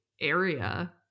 area